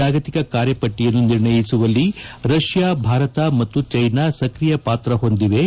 ಜಾಗತಿಕ ಕಾರ್ಯಪಟ್ಷೆಯನ್ನು ನಿರ್ಣಯಿಸುವಲ್ಲಿ ರಷ್ಯಾ ಭಾರತ ಮತ್ತು ಜೈನಾ ಸಕ್ರಿಯ ಪಾತ್ರ ಹೊಂದಿವೆ